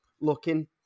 looking